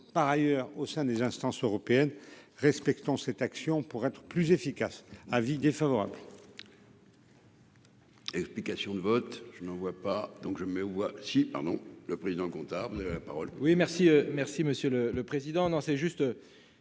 par ailleurs au sein des instances européennes respectons cette action pour être plus efficace, avis défavorable.